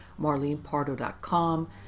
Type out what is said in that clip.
marlenepardo.com